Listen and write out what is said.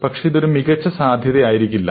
പക്ഷേ ഇത് ഒരു മികച്ച സാധ്യതയായിരിക്കില്ല